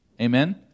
Amen